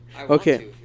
okay